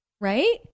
right